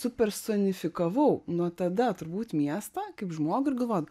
supersonifikavau nuo tada turbūt miestą kaip žmogų ir galvodavau